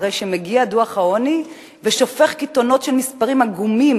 הרי שמגיע דוח העוני ושופך קיתונות של מספרים עגומים,